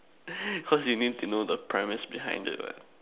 cause you need to know the premise behind it what